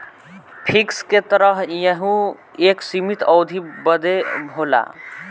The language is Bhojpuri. फिक्स के तरह यहू एक सीमित अवधी बदे होला